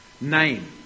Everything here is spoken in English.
name